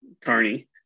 Carney